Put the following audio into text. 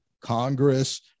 Congress